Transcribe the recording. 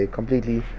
completely